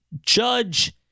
judge